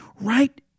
right